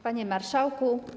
Panie Marszałku!